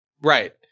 Right